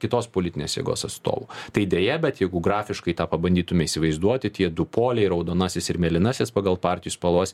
kitos politinės jėgos atstovų tai deja bet jeigu grafiškai tą pabandytume įsivaizduoti tie du poliai raudonasis ir mėlynasis pagal partijų spalvas